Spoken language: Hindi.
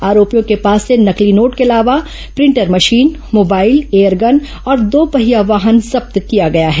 आरोपियों के पास से नकली नोट के अलावा प्रिंटर मशीन मोबाइल एयरगन और दोपहिया वाहन जब्त किया गया है